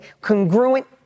congruent